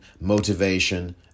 motivation